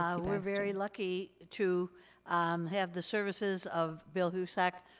ah we're very lucky to have the services of bill husak,